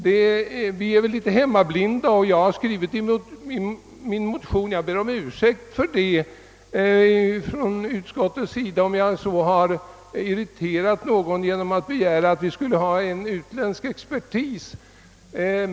Måhända är vi litet hemmablinda, och jag ber utskottet om ursäkt, om jag med min motion irriterat någon genom att begära att vi skall anlita utländsk expertis.